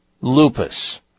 lupus